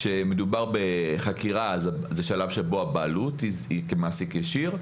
כשמדובר בחקירה זה שלב שבו הבעלות היא של מעסיק ישיר.